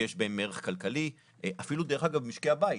ויש בהם ערך כלכלי, אפילו, דרך אגב, משקי הבית.